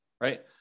right